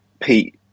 Pete